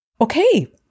Okay